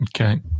Okay